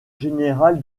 général